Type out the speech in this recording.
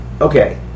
okay